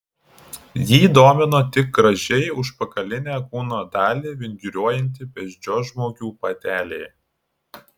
jį domino tik gražiai užpakalinę kūno dalį vinguriuojanti beždžionžmogių patelė